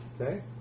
Okay